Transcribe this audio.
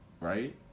right